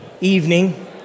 evening